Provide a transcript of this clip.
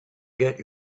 get